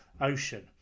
ocean